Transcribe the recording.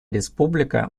республика